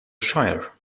shire